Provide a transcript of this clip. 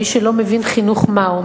מי שלא מבין חינוך מהו,